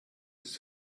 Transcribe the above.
ist